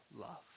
love